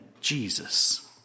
Jesus